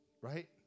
right